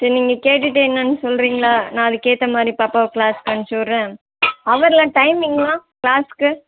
சரி நீங்கள் கேட்டுட்டு என்னன்னு சொல்கிறீங்களா நான் அதுக்கு ஏத்தாமாதிரி பாப்பாவை க்ளாஸுக்கு அனுப்பிச்சுட்றேன் ஹவர்லாம் டைமிங்லாம் க்ளாஸுக்கு